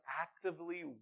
actively